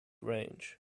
range